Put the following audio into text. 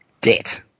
debt